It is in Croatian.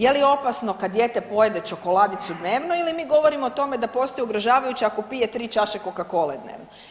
Je li opasno kad dijete pojede čokoladicu dnevno ili mi govorimo o tome da postaje ugrožavajuće ako pije 3 čaše coca cole dnevno?